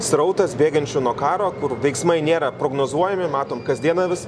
srautas bėgančių nuo karo kur veiksmai nėra prognozuojami matom kasdieną vis